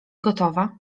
gotowa